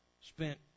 spent